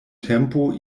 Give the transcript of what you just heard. tempo